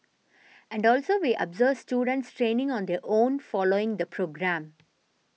and also we observe students training on their own following the programme